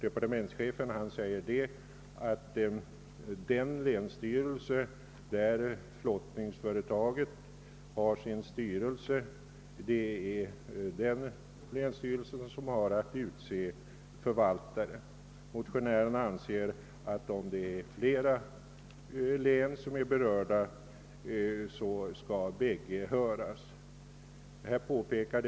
Departementschefen säger, att länsstyrelsen i det län där flottningsföretaget har sin styrelse skall utse förvaltare. Motionärerna anser att om flera län är berörda bör länsstyrelserna i dessa län höras.